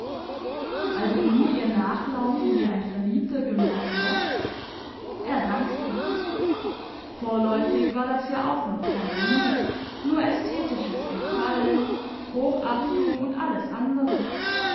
also nur ihr nachlaufen wie ein verliebter gymnasiast er dankte vorläufig war das ja auch noch keine liebe nur ästhetisches gefallen hochachtung und alles andere